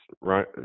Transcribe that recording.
right